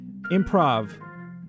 improv